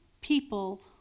people